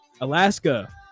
Alaska